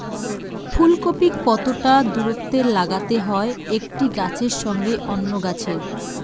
ফুলকপি কতটা দূরত্বে লাগাতে হয় একটি গাছের সঙ্গে অন্য গাছের?